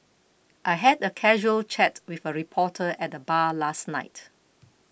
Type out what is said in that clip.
I had a casual chat with a reporter at the bar last night